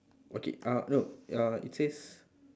okay uh no uh it says